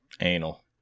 Anal